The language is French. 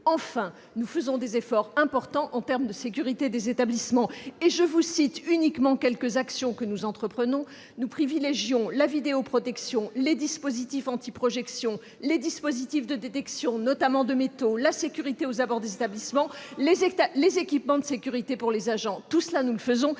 enfin, accomplir des efforts importants pour la sécurité des établissements. Et je vous cite là seulement quelques actions que nous entreprenons. Nous privilégions la vidéoprotection, les dispositifs anti-projection, les dispositifs de détection, notamment de métaux, la sécurité aux abords des établissements, les équipements de sécurité pour les agents. Nous travaillons